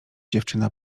dziewczyna